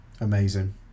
Amazing